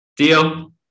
deal